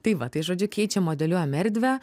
tai va tai žodžiu keičiam modeliuojam erdvę